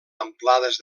amplades